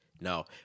No